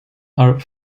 are